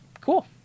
cool